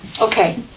Okay